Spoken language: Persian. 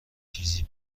چیزی